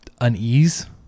unease